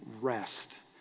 rest